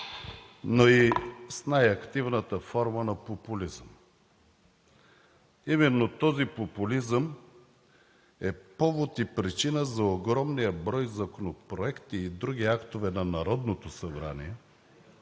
но и с най-активната форма на популизъм. Именно този популизъм е повод и причина за огромния брой законопроекти и други актове на Народното събрание